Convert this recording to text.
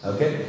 Okay